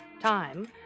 time